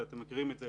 ואתם מכירים את זה,